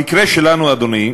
במקרה שלנו, אדוני,